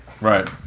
Right